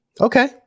Okay